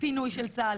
פינוי של צה"ל.